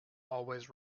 always